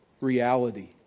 reality